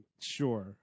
Sure